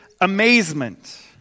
amazement